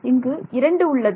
இங்கு இரண்டு உள்ளது